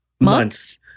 Months